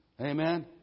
Amen